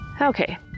Okay